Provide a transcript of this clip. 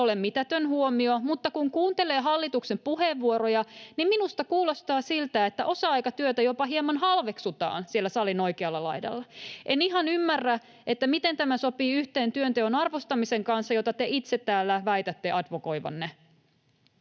ei ole mitätön huomio, mutta kun kuuntelee hallituksen puheenvuoroja, niin minusta kuulostaa siltä, että osa-aikatyötä jopa hieman halveksutaan siellä salin oikealla laidalla. En ihan ymmärrä, miten tämä sopii yhteen työnteon arvostamisen kanssa, jota te itse täällä väitätte advokoivanne.